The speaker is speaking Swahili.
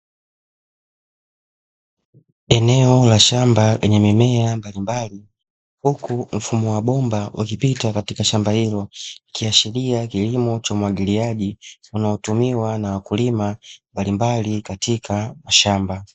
Eneo la shamba lenye mimea mbalimbali huku mfumo wa bomba ukipita katika shamba hili. Ukiashiria kilimo cha umwagiliaji unaotumiwa na wakulima mbalimbali katika mashamba.